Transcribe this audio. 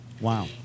Wow